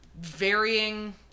varying